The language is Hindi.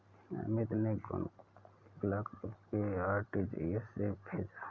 अमित ने गुनगुन को एक लाख रुपए आर.टी.जी.एस से भेजा